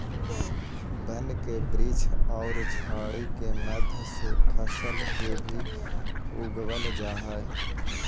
वन के वृक्ष औउर झाड़ि के मध्य से फसल के भी उगवल जा हई